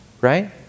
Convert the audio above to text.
right